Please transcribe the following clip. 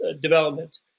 development